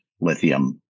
lithium